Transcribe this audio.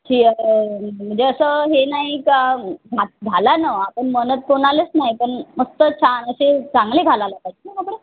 म्हणजे असं हे नाही का झाला न आपण म्हणत कोणालाच नाही पण मस्त छान असे चांगले घालायला पाहिजे ना कपडे